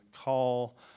call